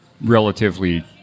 relatively